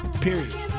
Period